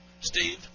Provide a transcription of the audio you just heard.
Steve